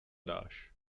dáš